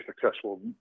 successful